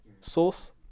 Sauce